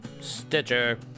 Stitcher